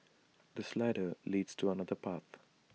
this ladder leads to another path